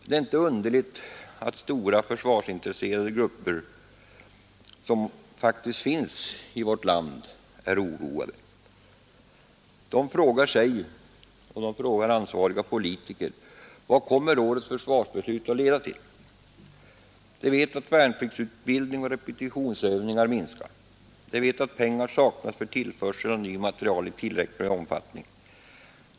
Det är inte underligt att de stora försvarsintresserade grupper som faktiskt finns i vårt land är oroade. De frågar sig och de frågar ansvariga politiker: Vad kommer årets försvarsbeslut att leda till? De vet att värnpliktsutbildning och repetitionsövningar minskas. De vet att pengar saknas för tillförsel av ny materiel i tillräcklig omfattning.